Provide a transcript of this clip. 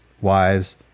wives